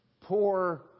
poor